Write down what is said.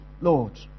Lord